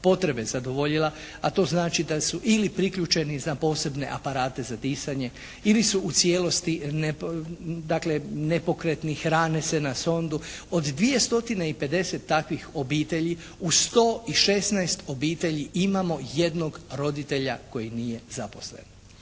potrebe zadovoljila, a to znači da su ili priključeni na posebne aparate za disanje ili su u cijelosti, dakle nepokretni, hrane se na sondu. Od 2 stotine i 50 takvih obitelji u 116 obitelji imamo jednog roditelja koji nije zaposlen.